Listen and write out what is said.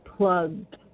Plugged